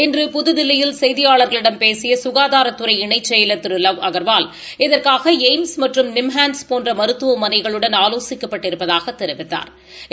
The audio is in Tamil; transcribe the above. இன்று புதுதில்லியில் செய்தியாளர்களிடம் பேசிய சுகாதாரத்துறை இணை செயலர் திரு லவ் அகர்வால் இதற்காக எய்ம்ஸ் மற்றும் நிம்ஹான்ஸ் போன்ற மருத்துவமனைகளுடன் ஆலோசிக்கப்பட்டிருப்பதாகத் தெரிவித்தாா்